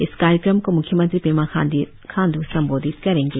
इस कार्यक्रम को मुख्यमंत्री पेमा खांडू संबोधित करेंगे